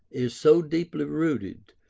is so deeply rooted,